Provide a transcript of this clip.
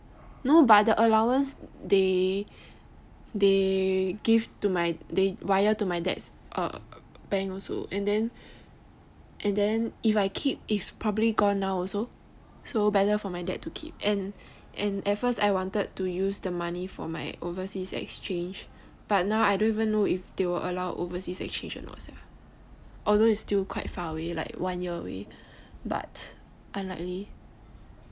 no but the allowance they they give to my they wire to my dad's bank also and then and then if I keep it's probably gone now also so better for my dad to keep and at first I wanted to use the money for my overseas exchange but now I don't even know if they will allow overseas exchange although it's still quite far away like one year away but unlikely